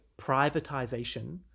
privatization